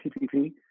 PPP